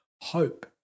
hope